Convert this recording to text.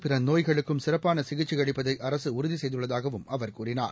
பிற நோய்களுக்கும் சிறப்பாள சிகிச்சை அளிப்பதை அரசு உறுதி செய்துள்ளதாகவும் அவர் கூறினார்